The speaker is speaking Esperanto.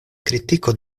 kritiko